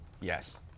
Yes